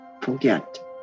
forget